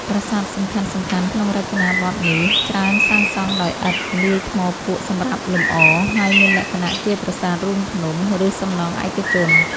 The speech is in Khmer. ប្រាសាទសំខាន់ៗក្នុងរចនាបថនេះច្រើនសាងសង់ដោយឥដ្ឋ លាយថ្មភក់សម្រាប់លម្អ ហើយមានលក្ខណៈជាប្រាសាទរូងភ្នំ ឬសំណង់ឯកជន។